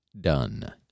done